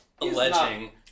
alleging